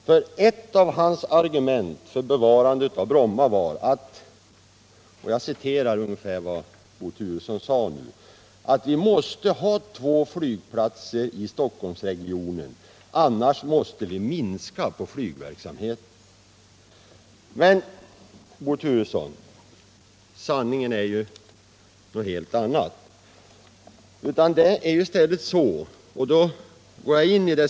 Ett av Bo = nen Turessons argument för bevarande av Bromma var att vi måste ha två flygplatser i Stockholmsregionen, eftersom vi annars måste minska på flygverksamheten. Sanningen är ju en helt annan, Bo Turesson.